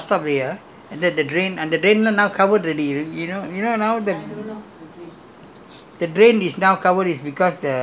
not all lah few of them because that was that was a bus stop later and the drain and the drain now now covered already you know now the